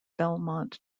belmont